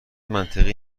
منطقی